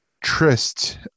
tryst